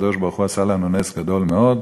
שהקדוש-ברוך-הוא עשה לנו בו נס גדול מאוד,